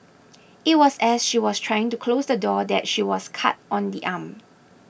it was as she was trying to close the door that she was cut on the arm